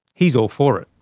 he's all for it.